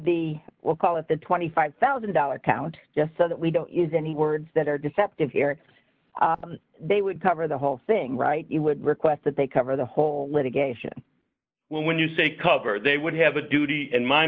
the we'll call it the twenty five thousand dollars count just so that we don't use any words that are deceptive they would cover the whole thing right you would request that they cover the whole litigation when you say cover they would have a duty in my